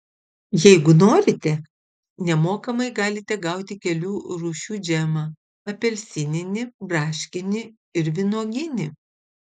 jeigu norite nemokamai galite gauti kelių rūšių džemą apelsininį braškinį ir vynuoginį